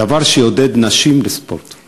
דבר שיעודד נשים לעסוק בספורט?